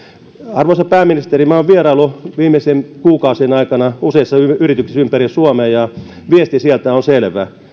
arvoisa pääministeri minä olen vieraillut viimeisten kuukausien aikana useissa yrityksissä ympäri suomea ja viesti sieltä on selvä